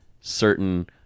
certain